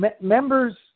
members